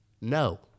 No